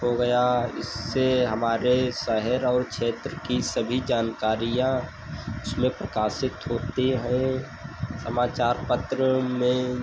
हो गया इससे हमारे शहर और क्षेत्र की सभी जानकारियाँ उसमें प्रकाशित होती हैं समाचार पत्र में